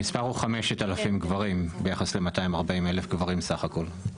המספר הוא 5,000 גברים ביחס ל-240,000 גברים סך הכול.